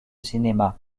cinémas